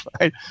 right